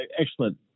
excellent